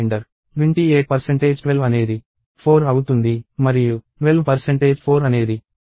28 12 అనేది 4 అవుతుంది మరియు 12 4 అనేది 0 అవుతుంది